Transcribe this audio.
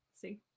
See